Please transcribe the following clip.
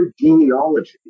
genealogy